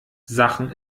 sachen